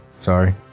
Sorry